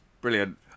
Brilliant